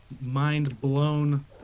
mind-blown